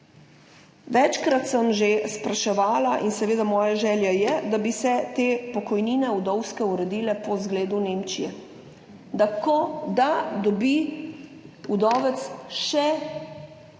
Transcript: Večkrat sem že spraševala in seveda moja želja je, da bi se te pokojnine vdovske uredile po zgledu Nemčije, da ko, da dobi vdovec še,